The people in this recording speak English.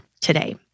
today